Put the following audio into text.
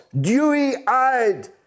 dewy-eyed